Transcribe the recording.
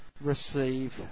receive